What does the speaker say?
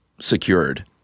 secured